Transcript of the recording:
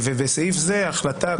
"בסעיף זה החלטה",